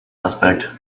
aspect